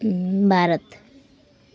Bharat